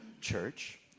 church